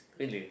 really